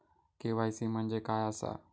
KYC म्हणजे काय आसा?